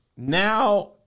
Now